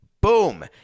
boom